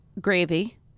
gravy